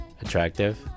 attractive